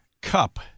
Cup